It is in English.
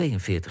42